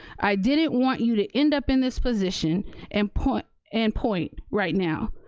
i didn't want you to end up in this position and point and point right now.